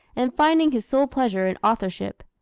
and finding his sole pleasure in authorship.